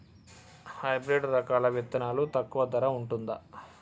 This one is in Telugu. హైబ్రిడ్ రకాల విత్తనాలు తక్కువ ధర ఉంటుందా?